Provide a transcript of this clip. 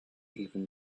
even